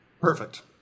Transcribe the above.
Perfect